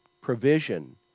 provision